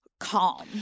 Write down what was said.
calm